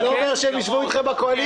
זה לא אומר שהם יישבו איתך בקואליציה,